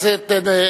תודה רבה.